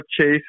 chase